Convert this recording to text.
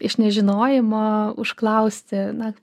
iš nežinojimo užklausti na